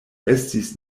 estis